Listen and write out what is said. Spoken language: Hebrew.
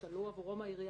או תלו עבורו את המודעה,